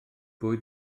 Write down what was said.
bwyd